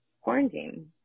quarantine